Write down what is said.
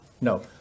No